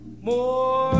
more